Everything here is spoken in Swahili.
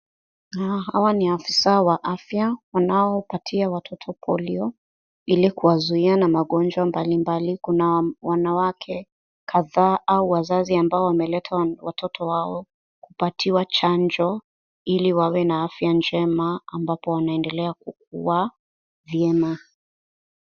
Hawa ni afisa wa afya wanaopatia watoto polio ili kuwazuia na magonjwa mbalimbali. Kuna wanawake kadhaa au wazazi ambao wameleta watoto wao kupatiwa chanjo ili wawe na afya njema ambapo wanaendelea kukua vyema.